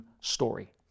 story